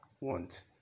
want